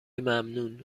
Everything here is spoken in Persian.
ممنون